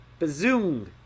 Bazoom